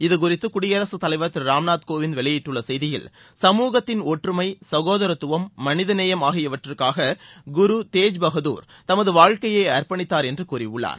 இதுகுறித்து குடியரசுத் தலைவர் திரு ராம் நாத் கோவிந்த் வெளியிட்டுள்ள செய்தியில் சமூகத்தின் ஒற்றுமை சகோதரத்துவம் மனித நேயம் ஆகியவற்றுக்காக குரு தேஜ் பகதுர் தமது வாழ்க்கைய அர்ப்பணித்தார் என்று கூறியுள்ளார்